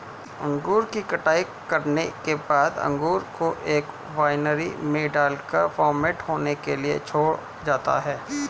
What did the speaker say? अंगूर की कटाई करने के बाद अंगूर को एक वायनरी में डालकर फर्मेंट होने के लिए छोड़ा जाता है